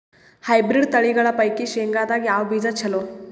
Hybrid ತಳಿಗಳ ಪೈಕಿ ಶೇಂಗದಾಗ ಯಾವ ಬೀಜ ಚಲೋ?